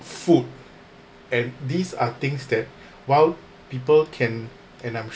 food and these are things that while people can and I'm